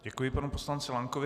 Děkuji panu poslanci Lankovi.